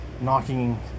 knocking